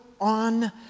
on